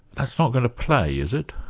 that's not going to play, is it?